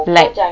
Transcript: like